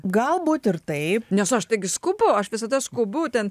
galbūt ir taip nes aš taigi skubu aš visada skubu ten